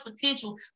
potential